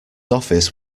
office